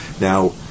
Now